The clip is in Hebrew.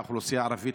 מהאוכלוסייה הערבית,